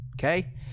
Okay